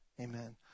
Amen